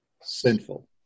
sinful